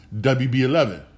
WB11